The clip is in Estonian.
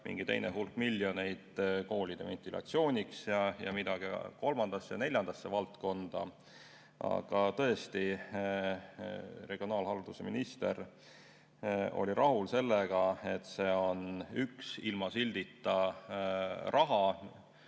mingi teine hulk miljoneid koolide ventilatsiooniks ja midagi kolmandasse ja neljandasse valdkonda. Aga tõesti, regionaalhalduse minister oli rahul sellega, et see on ilma sildita raha,